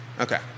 okay